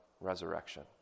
resurrection